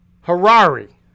Harari